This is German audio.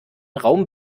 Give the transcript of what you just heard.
raum